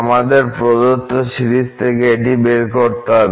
আমাদের প্রদত্ত সিরিজ থেকে এটি বের করতে হবে